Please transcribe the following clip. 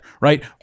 right